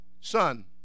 son